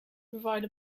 provide